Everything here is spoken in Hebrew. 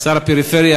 שר הפריפריה,